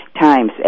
times